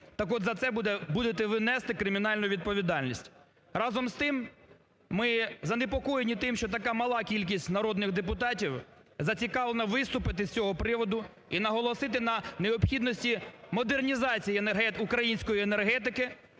так от, за це будете ви нести кримінальну відповідальність. Разом з тим, ми занепокоєні тим, що така мала кількість народних депутатів зацікавлена виступити з цього приводу і наголосити на необхідності модернізації української енергетики,